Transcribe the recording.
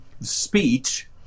speech